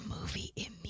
movie